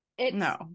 no